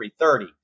3.30